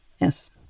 Yes